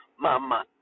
Mama